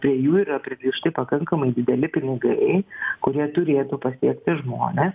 prie jų yra pririšti pakankamai dideli pinigai kurie turėtų pasiekti žmones